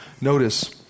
Notice